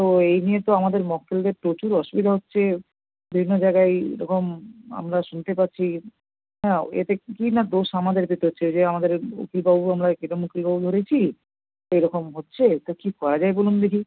তো এই নিয়ে তো আমাদের মক্কেলদের প্রচুর অসুবিধা হচ্ছে বিভিন্ন জায়গায় এই রকম আমরা শুনতে পাচ্ছি হ্যাঁ এতে কি কি না দোষ আমাদের পেতে হচ্ছে যে আমাদের উকিলবাবু আমরা এ রকম উকিলবাবু ধরেছি তো এরকম হচ্ছে তো কী করা যায় বলুন দেখি